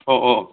অঁ অঁ